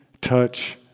touch